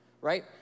right